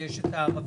ויש את הערבים,